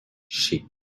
sheep